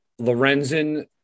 Lorenzen